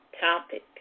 topic